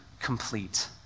complete